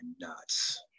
nuts